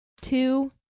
two